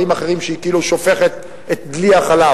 אחרים והיא כאילו שופכת את דלי החלב,